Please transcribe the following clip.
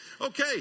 Okay